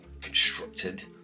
constructed